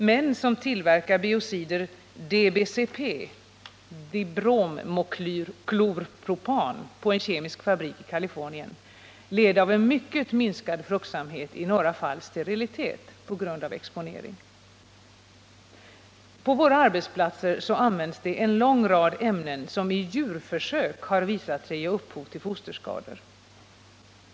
Män som tillverkar biociden DBCP — dibromoklorpropan — på en kemisk fabrik i Kalifornien led av en mycket minskad fruktsamhet — i några fall sterilitet — på grund av exponering. På våra arbetsplatser används en lång rad ämnen som i djurförsök har visat sig ge upphov till fosterskador.